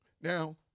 Now